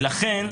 ולכן,